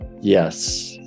Yes